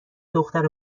دختر